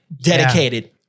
dedicated